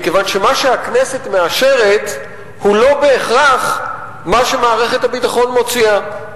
מכיוון שמה שהכנסת מאשרת הוא לא בהכרח מה שמערכת הביטחון מוציאה.